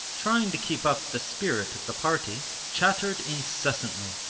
trying to keep up the spirit of the party, chattered incessantly,